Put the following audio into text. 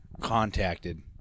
contacted